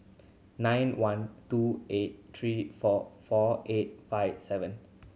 nine one two eight three four four eight five seven